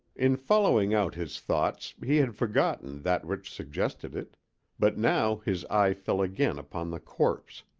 in following out his thought he had forgotten that which suggested it but now his eye fell again upon the corpse.